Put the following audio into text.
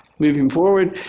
moving forward,